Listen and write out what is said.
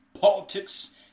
politics